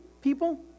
people